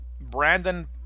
Brandon